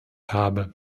habe